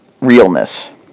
realness